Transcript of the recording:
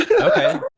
Okay